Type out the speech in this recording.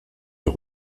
ihr